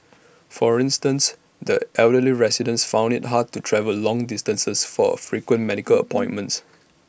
for instance the elderly residents found IT hard to travel long distances for frequent medical appointments